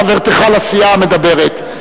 חברתך לסיעה מדברת.